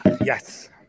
Yes